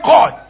God